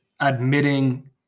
admitting